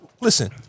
Listen